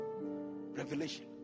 Revelation